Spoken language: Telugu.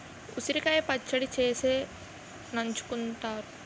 ఉసిరికాయ పచ్చడి చేసి నంచుకుంతారు